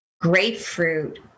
grapefruit